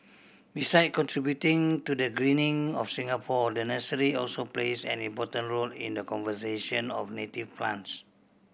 beside contributing to the greening of Singapore the nursery also plays an important role in the conservation of native plants